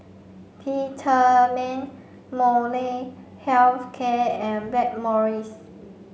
Peptamen Molnylcke health care and Blackmores